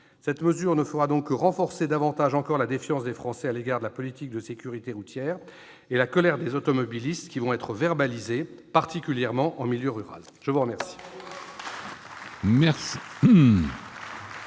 Cette mesure ne fera donc que renforcer davantage encore la défiance des Français à l'égard de la politique de sécurité routière et la colère des automobilistes qui vont être verbalisés, particulièrement en milieu rural. La parole